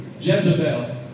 Jezebel